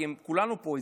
כי כולנו פה אזרחים.